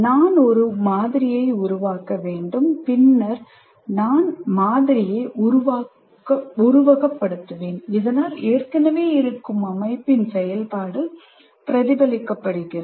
நான் ஒரு மாதிரியை உருவாக்க வேண்டும் பின்னர் நான் மாதிரியை உருவகப்படுத்துவேன் இதனால் ஏற்கனவே இருக்கும் அமைப்பின் செயல்பாடு பிரதிபலிக்கப்படுகிறது